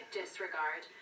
disregard